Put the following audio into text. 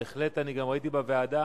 בהחלט, ראיתי גם בוועדה